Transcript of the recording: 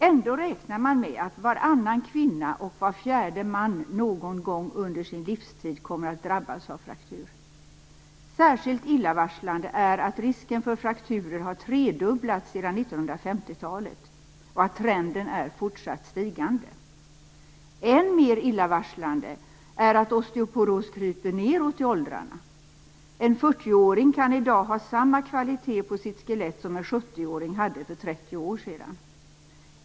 Ändå räknar man med att varannan kvinna och var fjärde man någon gång under sin livstid kommer att drabbas av fraktur. Särskilt illavarslande är att risken för frakturer har tredubblats sedan 1950-talet och att trenden är fortsatt stigande. Än mer illavarslande är att osteoporos kryper nedåt i åldrarna. En 40-åring kan i dag ha samma kvalitet på sitt skelett som en 70 åring hade för 30 år sedan.